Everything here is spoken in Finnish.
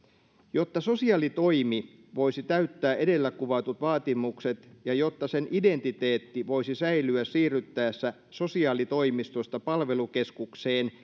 jotta sosiaalitoimi voisi täyttää edellä kuvatut vaatimukset ja jotta sen identiteetti voisi säilyä siirryttäessä sosiaalitoimistosta palvelukeskukseen